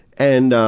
and